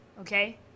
okay